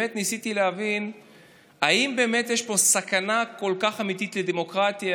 ניסיתי להבין אם באמת יש פה סכנה כל כך אמיתית לדמוקרטיה,